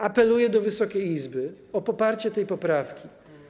Apeluję do Wysokiej Izby o poparcie tej poprawki.